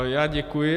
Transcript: Já děkuji.